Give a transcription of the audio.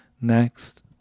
next